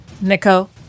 Nico